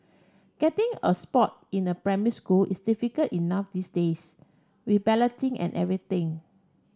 getting a spot in a primary school is difficult enough these days with balloting and everything